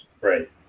right